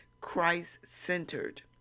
christ-centered